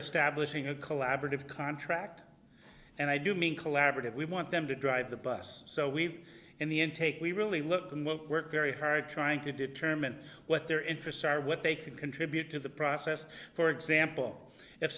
establishing a collaborative contract and i do mean collaborative we want them to drive the bus so we in the intake we really look at work very hard trying to determine what their interests are what they can contribute to the process for example if